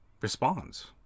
responds